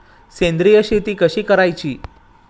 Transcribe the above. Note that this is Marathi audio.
सेंद्रिय शेती कशी करायची?